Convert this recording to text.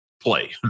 play